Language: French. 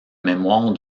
mémoire